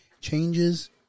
changes